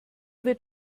wird